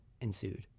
ensued